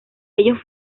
ellos